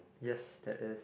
yes there is